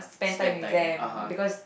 spend time (uh huh)